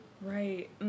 Right